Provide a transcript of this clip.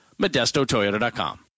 modestotoyota.com